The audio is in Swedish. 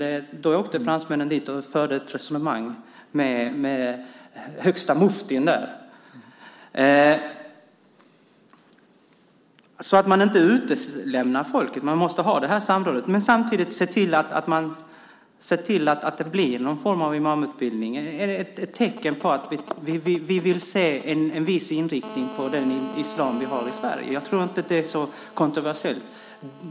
Fransmännen åkte till Egypten och förde ett resonemang med högste muftin där. Det gäller att inte utelämna folket. Man måste alltså ha det här samrådet och samtidigt se till att det blir någon form av imamutbildning eller ett tecken på att vi vill se en viss inriktning på den islam vi har i Sverige. Jag tror inte att det är så kontroversiellt.